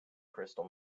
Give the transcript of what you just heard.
crystal